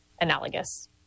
analogous